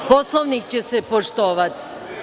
Poslovnik će se poštovati.